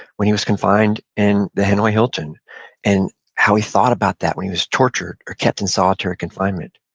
when he was confined in the hanoi hilton and how he thought about that when he was tortured or kept in solitary confinement,